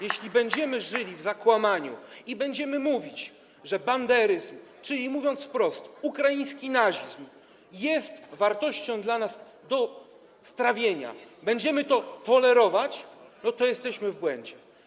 Jeśli będziemy żyli w zakłamaniu i będziemy mówić, że banderyzm, czyli mówiąc wprost, ukraiński nazizm, jest wartością dla nas do strawienia, będziemy to tolerować, to jesteśmy w błędzie.